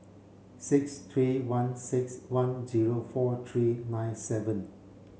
six three one six one zero four three nine seven